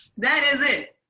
that is it,